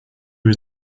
was